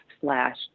slash